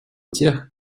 тех